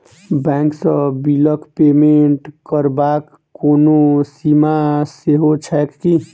Bank सँ बिलक payment करबाक कोनो सीमा सेहो छैक की?